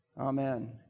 Amen